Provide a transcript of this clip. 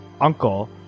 uncle